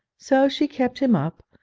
so she kept him up,